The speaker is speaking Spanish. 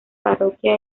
parroquia